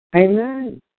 Amen